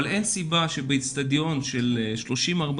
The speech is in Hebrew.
אין סיבה שבאצטדיון של 30,000